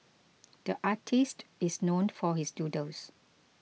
the artist is known for his doodles